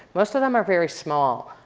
most of them are very small,